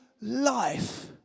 life